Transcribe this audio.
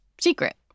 secret